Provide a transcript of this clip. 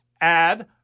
add